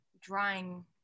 drawing